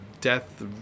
Death